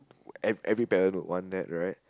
every every parent would want that right